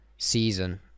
Season